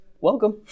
welcome